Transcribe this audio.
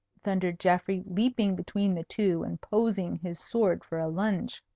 thundered geoffrey, leaping between the two, and posing his sword for a lunge.